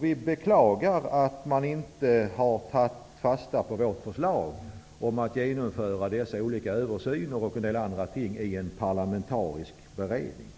Vi beklagar att man inte har tagit fasta på vårt förslag om att genomföra dessa olika översyner och en del andra ting i en parlamentarisk beredning.